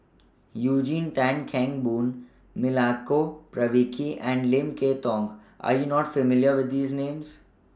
Eugene Tan Kheng Boon Milenko Prvacki and Lim Kay Tong Are YOU not familiar with These Names